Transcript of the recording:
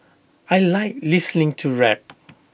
I Like listening to rap